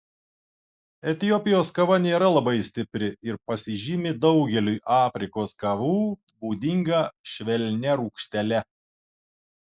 etiopijos kava nėra labai stipri ir pasižymi daugeliui afrikos kavų būdinga švelnia rūgštele